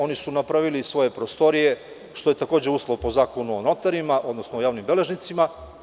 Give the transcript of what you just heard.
Oni su napravili svoje prostorije, što je takođe uslov po Zakonu o notarima, odnosno javnim beležnicima.